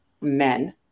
men